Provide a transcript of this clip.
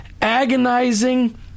agonizing